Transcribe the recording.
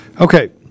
okay